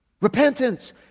repentance